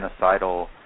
genocidal